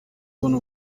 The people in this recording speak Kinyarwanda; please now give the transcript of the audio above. ibona